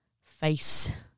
face